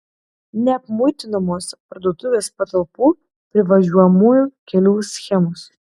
neapmuitinamos parduotuvės patalpų privažiuojamųjų kelių schemos